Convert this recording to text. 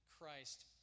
christ